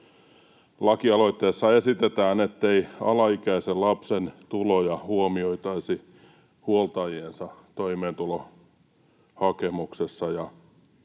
Lakialoitteessa esitetään, ettei alaikäisen lapsen tuloja huomioitaisi huoltajiensa toimeentulotukihakemuksessa.